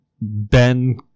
Ben